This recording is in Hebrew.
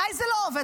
עליי זה לא עובד.